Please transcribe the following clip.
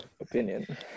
opinion